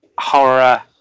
horror